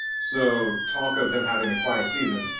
so talk of him having a quiet season,